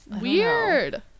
weird